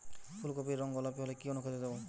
ফুল কপির রং গোলাপী হলে কি অনুখাদ্য দেবো?